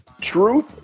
Truth